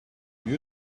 you